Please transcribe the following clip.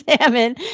Salmon